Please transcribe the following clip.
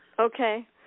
Okay